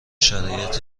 شرایط